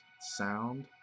sound